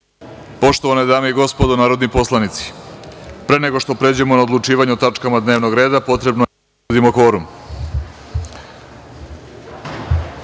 sazivu. Poštovane dame i gospodo narodni poslanici, pre nego što pređemo na odlučivanje o tačkama dnevnog reda, potrebno je da utvrdimo